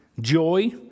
joy